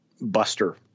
buster